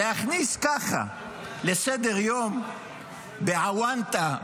להכניס ככה לסדר-יום באוונטה,